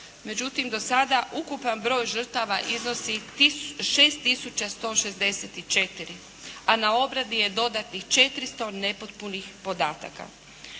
Međutim, do sada, ukupan broj žrtava iznosi 6 tisuća 164, a na obradi je dodatnih 400 nepotpunih podataka.